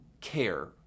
care